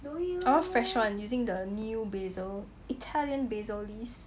I want fresh one using the new basil italian basil leaves